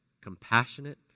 compassionate